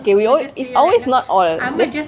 okay wait it's always not all